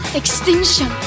extinction